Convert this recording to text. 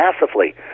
massively